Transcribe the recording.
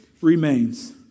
remains